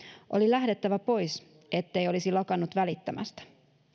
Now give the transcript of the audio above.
oli lähdettävä pois ettei olisi lakannut välittämästä